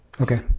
Okay